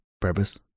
Purpose